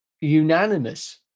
unanimous